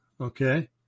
okay